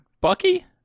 Bucky